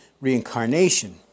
reincarnation